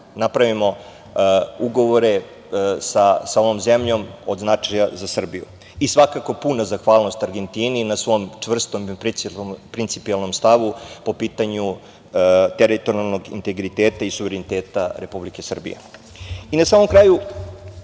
napravimo ugovore sa ovom zemljom od značaja za Srbiju. Svakako puna zahvalnost Argentini na svom čvrstom i principijelnom stavu po pitanju teritorijalnog integriteta i suvereniteta Republike Srbije. Na samom kraju,